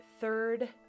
third